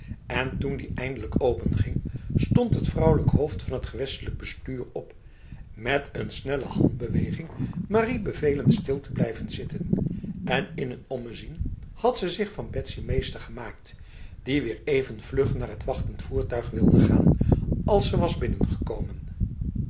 en toen die eindelijk openging stond het vrouwelijk hoofd van het gewestelijk bestuur op met een snelle handbeweging marie bevelend stil te blijven zitten en in een ommezien had ze zich van betsy meester gemaakt die weer even vlug naar het wachtend voertuig wilde gaan als ze was binnengekomen